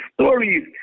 stories